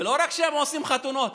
ולא רק שהם עושים חתונות,